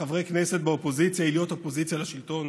כחברי כנסת באופוזיציה היא להיות אופוזיציה לשלטון,